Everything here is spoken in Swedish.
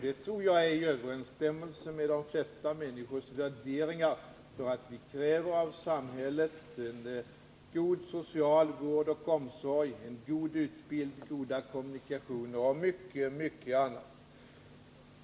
Det tror jag står i överensstämmelse med de flesta människors värderingar. Vi kräver av samhället en god social vård och omsorg, god utbildning, goda kommunikationer och mycket annat.